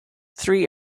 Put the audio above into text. three